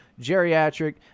geriatric